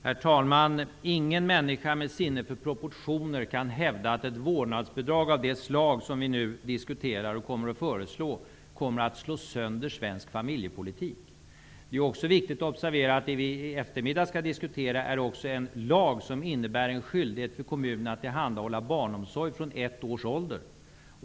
Herr talman! Ingen människa med sinne för proportioner kan hävda att ett vårdnadsbidrag av det slag som vi nu diskuterar och kommer att föreslå slår sönder svensk familjepolitik. Det är också viktigt att observera att vi i eftermiddag också skall diskutera en lag som innebär en skyldighet för kommunerna att tillhandahålla barnomsorg för alla barn från ett års ålder.